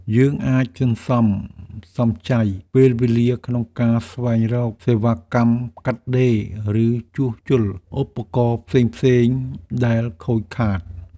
យើងអាចសន្សំសំចៃពេលវេលាក្នុងការស្វែងរកសេវាកម្មកាត់ដេរ ឬជួសជុលឧបករណ៍ផ្សេងៗដែលខូចខាត។